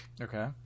Okay